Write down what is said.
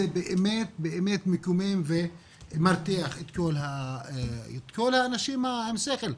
זה באמת מקומם ומרתיח את כל האנשים עם השכל,